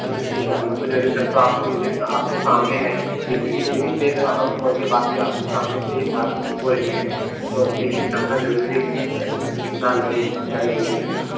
sir लेकिन जानना तो जरूरी सर तो आप तो मुझे आप तो सामने हैं यह भी यह भी देरे हो हम फ़ोन पर बात क्या आप तो सामने से ही बात हो रही है तो यह भी जानना जरूरी है ना सर कितना लेंगे कितना नहीं लेंगे आप